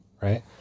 right